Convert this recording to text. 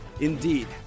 Indeed